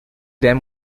them